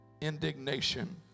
indignation